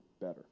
better